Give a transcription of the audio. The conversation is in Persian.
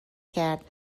کرد